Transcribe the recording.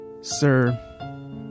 sir